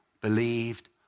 believed